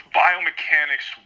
biomechanics